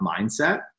mindset